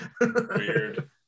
Weird